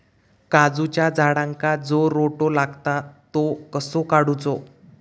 काजूच्या झाडांका जो रोटो लागता तो कसो काडुचो?